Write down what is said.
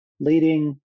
leading